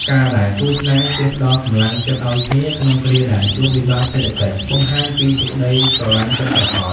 ការដែលគូស្នេហ៍ចេះ "ផ្ដល់កម្លាំងចិត្តឱ្យគ្នា" ក្នុងគ្រាដែលជួបវិបត្តិសេដ្ឋកិច្ច បង្ហាញពីសេចក្ដីស្រឡាញ់ពិតប្រាកដ។